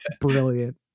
brilliant